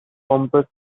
compass